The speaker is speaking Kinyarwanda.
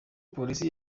polisi